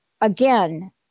again